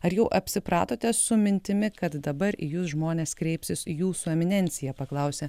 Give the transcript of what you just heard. ar jau apsipratote su mintimi kad dabar į jus žmonės kreipsis jūsų eminencija paklausė